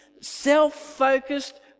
self-focused